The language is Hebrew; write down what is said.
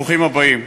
ברוכים הבאים.